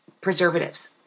preservatives